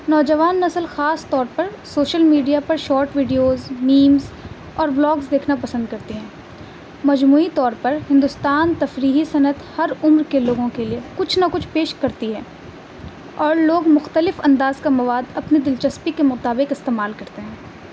نوجوان نسل خاص طور پر سوشل میڈیا پر شارٹ ویڈیوز میمز اور بلاگز دیکھنا پسند کرتی ہیں مجموعی طور پر ہندوستان تفریحی صنعت ہر عمر کے لوگوں کے لیے کچھ نہ کچھ پیش کرتی ہے اور لوگ مختلف انداز کا مواد اپنے دلچسپی کے مطابق استعمال کرتے ہیں